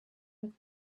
with